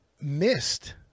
missed